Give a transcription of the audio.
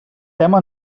tema